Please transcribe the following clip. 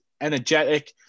energetic